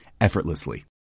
effortlessly